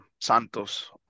Santos